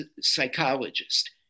psychologist